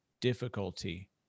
difficulty